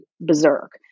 berserk